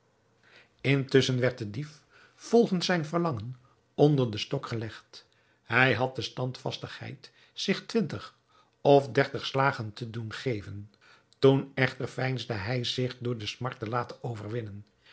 intusschen werd de dief volgens zijn verlangen onder den stok gelegd hij had de standvastigheid zich twintig of dertig slagen te doen geven toen echter veinsde hij zich door de smart te laten overwinnen